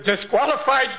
disqualified